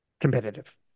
competitive